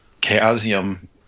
Chaosium